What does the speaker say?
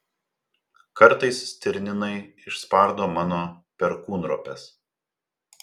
kartais stirninai išspardo mano perkūnropes